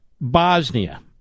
Bosnia